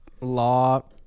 law